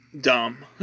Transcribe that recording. Dumb